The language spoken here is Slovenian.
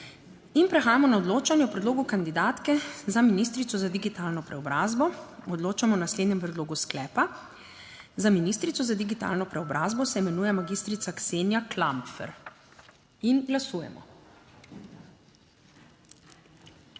In prehajamo na odločanje o predlogu kandidatke za ministrico za digitalno preobrazbo. Odločamo o naslednjem predlogu sklepa: Za ministrico za digitalno preobrazbo se imenuje magistrica Ksenija Klampfer. Glasujemo.